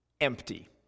empty